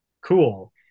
cool